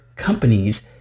companies